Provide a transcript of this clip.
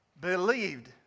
believed